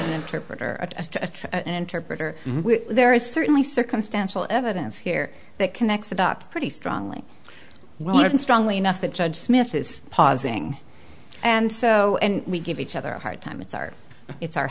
an interpreter a true interpreter there is certainly circumstantial evidence here that connects the dots pretty strongly well even strongly enough that judge smith is pausing and so we give each other a hard time it's our it's our